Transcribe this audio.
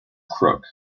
crook